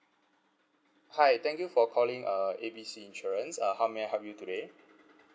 hi thank you for calling uh A B C insurance uh how may I help you today